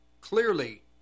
clearly